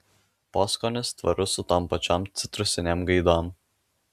poskonis tvarus su tom pačiom citrusinėm gaidom